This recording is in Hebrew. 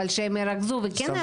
אבל שהם ירכזו וכן יעשו את העבודה.